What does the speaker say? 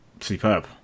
superb